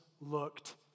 looked